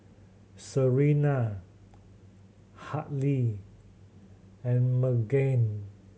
Serena Hadley and Margene